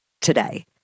today